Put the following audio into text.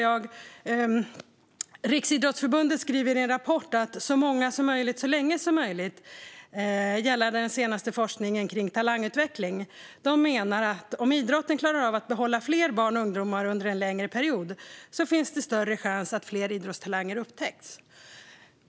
Riksidrottsförbundet skriver i en rapport gällande den senaste forskningen kring talangutveckling att om idrotten klarar av att behålla fler barn och ungdomar under en längre period finns det större chans att fler idrottstalanger upptäcks.